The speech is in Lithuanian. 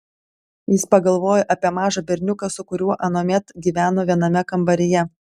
jis pagalvojo apie mažą berniuką su kuriuo anuomet gyveno viename kambaryje